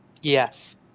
Yes